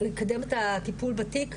לקדם את הטיפול בתיק,